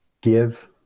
give